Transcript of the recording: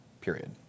Period